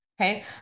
Okay